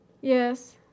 yes